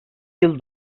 yıl